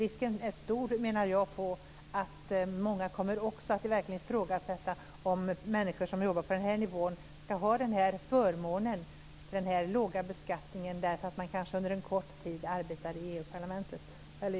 Jag menar att risken är stor för att många också kommer att ifrågasätta om människor som jobbar på den här nivån ska ha förmånen av denna låga beskattning därför att man under en kort tid arbetar i EU.